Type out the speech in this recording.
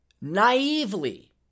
naively